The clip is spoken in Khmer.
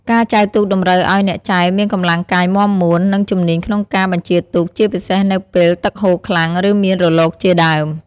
ការចែវទូកតម្រូវឲ្យអ្នកចែវមានកម្លាំងកាយមាំមួន និងជំនាញក្នុងការបញ្ជាទូក ជាពិសេសនៅពេលទឹកហូរខ្លាំង ឬមានរលកជាដើម។